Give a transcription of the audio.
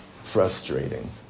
frustrating